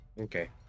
Okay